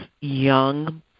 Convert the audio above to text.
young